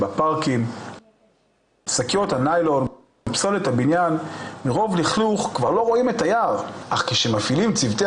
בסוף אנחנו מסתכלים לאנשים בעיניים בצורה הכי